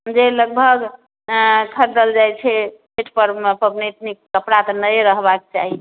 जे लगभग खरदल जाइत छै छठि पर्वमे पबनैतनिके कपड़ा तऽ नहि रहबाके चाही